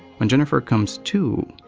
when jennifer comes to,